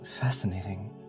fascinating